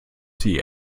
sie